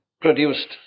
produced